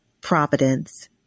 providence